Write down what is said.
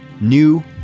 new